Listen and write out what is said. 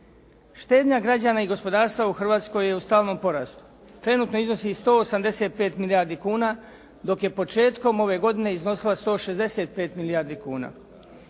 Štednja građana i gospodarstva u Hrvatskoj je u stalnom porastu. Trenutno iznosi 185 milijardi kuna dok je početkom ove godine iznosila 165 milijardi kuna.